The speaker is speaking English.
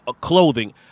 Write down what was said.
clothing